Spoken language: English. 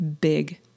big